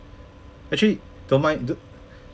actually don't mind